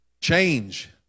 change